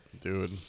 Dude